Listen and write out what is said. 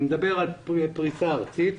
אני מדבר על פריסה ארצית.